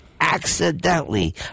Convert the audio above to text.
accidentally